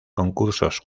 concursos